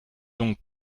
donc